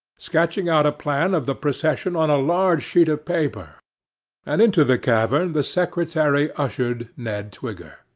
sketching out a plan of the procession on a large sheet of paper and into the cavern the secretary ushered ned twigger.